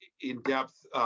in-depth